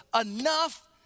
enough